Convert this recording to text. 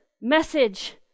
message